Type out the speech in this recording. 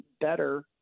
better